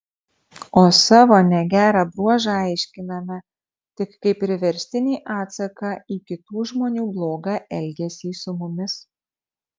o savo negerą bruožą aiškiname tik kaip priverstinį atsaką į kitų žmonių blogą elgesį su mumis